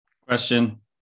question